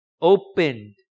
opened